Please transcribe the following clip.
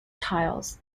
tiles